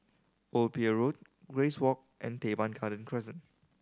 Old Pier Road Grace Walk and Teban Garden Crescent